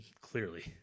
Clearly